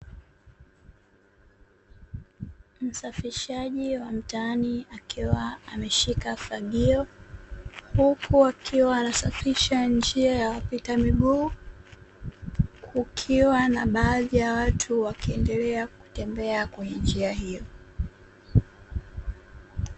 Msafishaji wa mtaani akiwa ameshika fagio, huku akiwa anasafisha njia ya wapita miguu, kukiwa na baadhi ya watu wakiendelea kutembea kwenye njia hiyo.